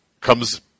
comes